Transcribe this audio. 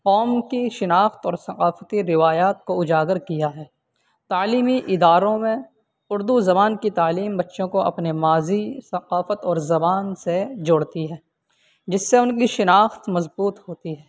قوم کی شناخت اور ثقافتی روایات کو اجاگر کیا ہے تعلیمی اداروں میں اردو زبان کی تعلیم بچوں کو اپنے ماضی ثقافت اور زبان سے جوڑتی ہے جس سے ان کی شناخت مضبوط ہوتی ہے